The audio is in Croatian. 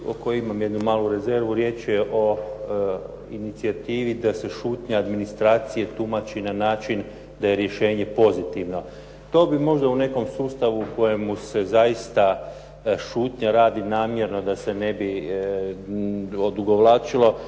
o kojoj ima jednu malu rezervu. Riječ je o inicijativi da se šutnja administracije tumači na način da je rješenje pozitivno. To bi možda u nekom sustavu u kojemu se zaista šutnja radi namjerno da se ne bi odugovlačilo,